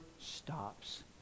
stops